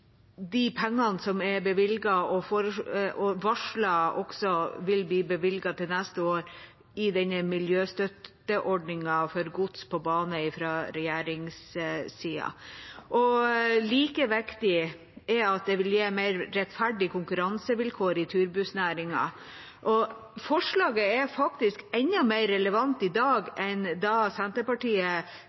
de pengene regjeringssida har bevilget – og som er varslet bevilget til neste år – til miljøstøtteordningen for gods på bane. Like viktig er det at det vil gi mer rettferdige konkurransevilkår i turbussnæringen. Forslaget er faktisk enda mer relevant i dag enn da Senterpartiet